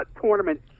tournament